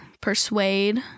persuade